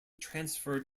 transferred